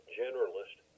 generalist